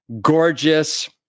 gorgeous